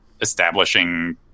establishing